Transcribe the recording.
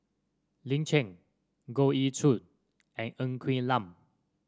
Lin Chen Goh Ee Choo and Ng Quee Lam